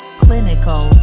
clinical